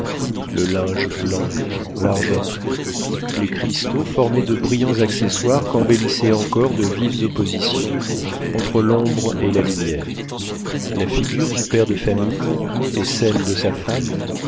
le linge blanc l'argenterie les cristaux formaient de brillants accessoires qu'embellissaient encore de vives oppositions entre l'ombre et la lumière la figure du père de famille et celle de sa femme